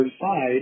side